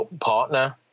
partner